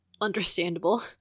understandable